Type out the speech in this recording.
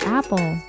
Apple